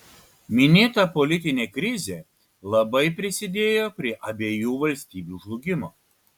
minėta politinė krizė labai prisidėjo prie abiejų valstybių žlugimo